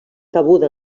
cabuda